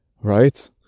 Right